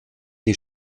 die